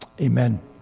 Amen